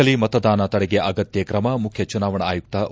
ನಕಲಿ ಮತದಾನ ತಡೆಗೆ ಅಗತ್ನ ಕ್ರಮ ಮುಖ್ಯ ಚುನಾವಣಾ ಆಯುಕ್ತ ಒ